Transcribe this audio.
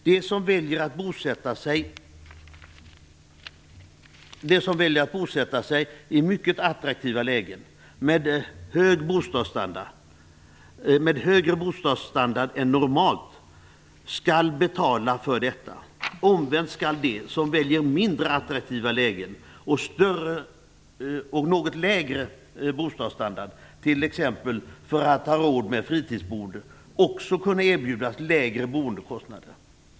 De som väljer att bosätta sig i mycket attraktiva lägen med högre bostadsstandard än normalt, skall betala för detta. Omvänt skall de som väljer mindre attraktiva lägen och något lägre bostadsstandard, t.ex. för att ha råd med ett fritidsboende, också kunna erbjudas lägre boendekostnader.